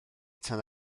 tan